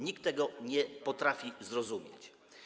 Nikt tego nie potrafi zrozumieć.